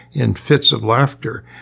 in fits of laughter.